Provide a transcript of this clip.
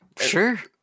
sure